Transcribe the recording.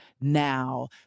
now